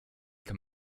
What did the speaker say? kann